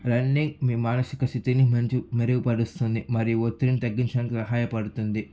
running మీ మానసిక స్థితిని మెరుగుపరుస్తుంది మరియు ఒత్తిడిని తగ్గించడానికి సహాయపడుతుంది